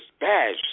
badge